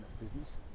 business